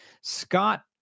Scott